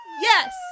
Yes